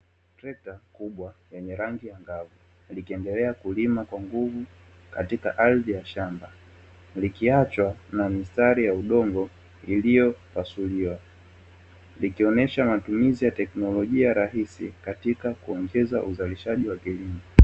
Trekta kubwa lenye rangi angavu likiendelea kulima kwanguvu katika ardhi ya shamba likiachwa na mistari ya udongo iliyopasuliwa, likionyesha matumizi ya teknolojia rahisi katika kuongeza uzalishaji wa kilimo.